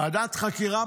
ועדת חקירה